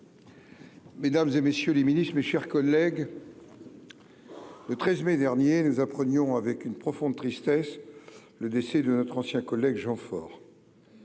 mesdames, messieurs les ministres, mes chers collègues, le 13 mai dernier, nous apprenions avec une profonde tristesse le décès de notre ancien collègue Jean Faure.